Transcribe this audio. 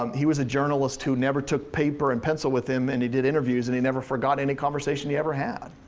um he was a journalist who never took paper and pencil with him and he did interviews and he never forgot any conversation he ever had.